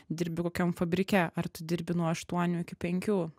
dirbi kokiam fabrike ar tu dirbi nuo aštuonių iki penkių